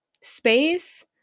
space